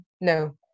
No